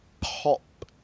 pop